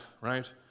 right